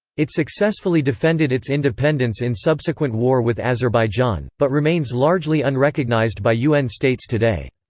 it successfully defended its independence in subsequent war with azerbaijan, but remains largely unrecognized by un states today.